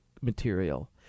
material